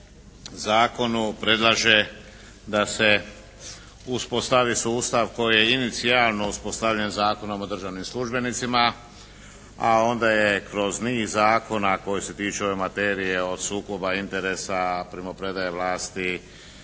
zakonu predlaže da se uspostavi sustav koji je inicijalno uspostavljen Zakonom o državnim službenicima a onda je kroz niz zakona koji se tiču ove materije od sukoba interesa, primopredaje vlasti